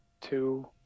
two –